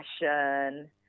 fashion